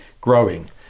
growing